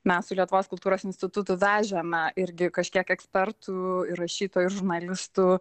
mes su lietuvos kultūros institutu vežėme irgi kažkiek ekspertų ir rašytojų ir žurnalistų